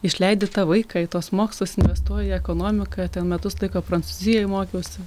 išleidi tą vaiką į tuos mokslus investuoji į ekonomiką ten metus laiko prancūzijoje mokiausi